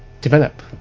develop